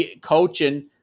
coaching